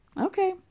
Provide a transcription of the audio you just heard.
Okay